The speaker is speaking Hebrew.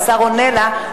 והשר עונה לה.